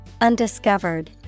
Undiscovered